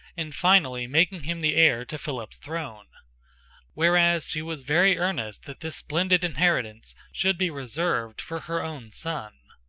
and finally making him the heir to philip's throne whereas she was very earnest that this splendid inheritance should be reserved for her own son.